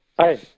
Hi